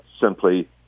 simply